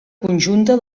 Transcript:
conjunta